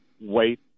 wait